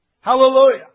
Hallelujah